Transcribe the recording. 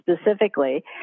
specifically